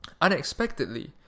unexpectedly